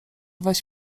weź